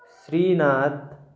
Srinath